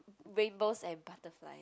rainbows and butterfly